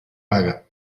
paga